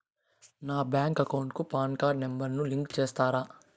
నా bank account కు PAN card number ను లింకు సేస్తారా?